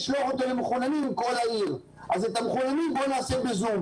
לציבור חייבת להיות שקיפות והשקיפות הזאת דיי חסרה.